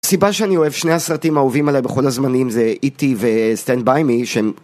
הסיבה שאני אוהב, שני הסרטים האהובים עליי בכל הזמנים זה E.T. וstand by me